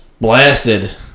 blasted